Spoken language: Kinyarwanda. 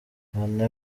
bane